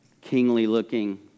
kingly-looking